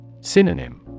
Synonym